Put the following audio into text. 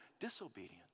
disobedience